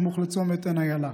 סמוך לצומת עין איילה.